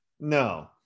No